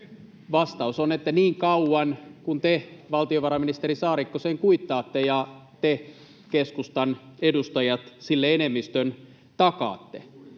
Vastaus on, että niin kauan kuin te, valtiovarainministeri Saarikko, sen kuittaatte ja te, keskustan edustajat, sille enemmistön takaatte.